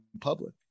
public